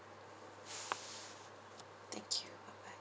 thank you bye bye